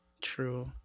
True